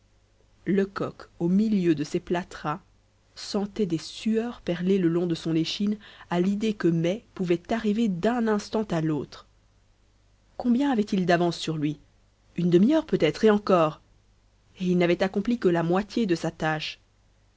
lecoq au milieu de ses plâtras sentait des sueurs perler le long de son échine à l'idée que mai pouvait arriver d'un instant à l'autre combien avait-il d'avance sur lui une demi-heure peut-être et encore et il n'avait accompli que la moitié de sa tâche